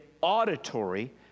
auditory